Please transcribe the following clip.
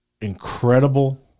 Incredible